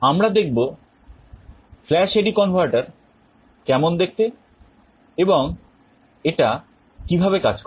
আমরা দেখব flash AD converter কেমন দেখতে এবং এটা কিভাবে কাজ করে